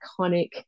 iconic